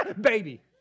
baby